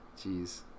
Jeez